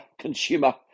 consumer